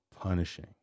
punishing